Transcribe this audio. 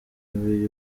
intebe